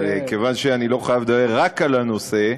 כיוון שאני לא חייב לדבר רק על הנושא,